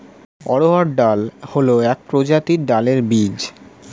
অড়হর ডাল হল এক প্রজাতির ডালের বীজ